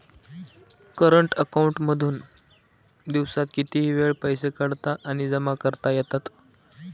current account मधून दिवसात कितीही वेळ पैसे काढता आणि जमा करता येतात